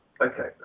okay